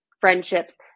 friendships